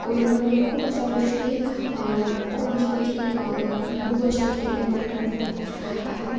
कोरोनामुळे खूप अशा गोष्टी खूप अशा गोष्टी खूप अशा गोष्टींवर परिणाम झाला आणि